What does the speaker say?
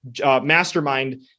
mastermind